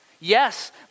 Yes